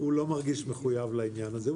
הוא לא מרגיש מחויב לעניין הזה.